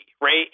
Right